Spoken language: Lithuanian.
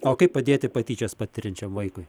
o kaip padėti patyčias patiriančiam vaikui